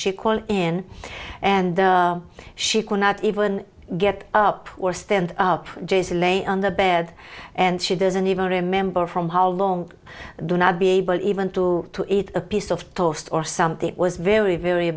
she called in and she cannot even get up or stand up jason lay on the bed and she doesn't even remember from how long do not be able even to to eat a piece of toast or something it was very very